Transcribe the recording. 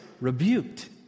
rebuked